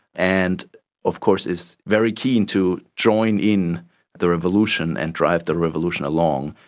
and of course is very keen to join in the revolution and drive the revolution along,